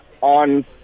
on